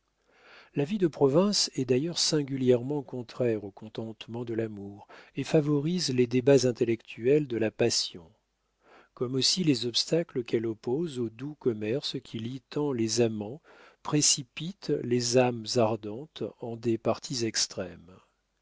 la vie de province est d'ailleurs singulièrement contraire aux contentements de l'amour et favorise les débats intellectuels de la passion comme aussi les obstacles qu'elle oppose au doux commerce qui lie tant les amants précipite les âmes ardentes en des partis extrêmes